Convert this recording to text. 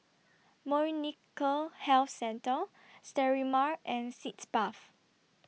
Molnylcke Health Centre Sterimar and Sitz Bath